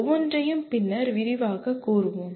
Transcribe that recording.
ஒவ்வொன்றையும் பின்னர் விரிவாகக் கூறுவோம்